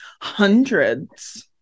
hundreds